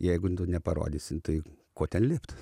jeigu neparodysi tai ko ten likt